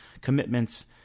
commitments